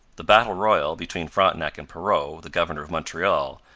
the battle-royal between frontenac and perrot, the governor of montreal,